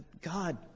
God